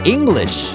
English